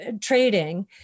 trading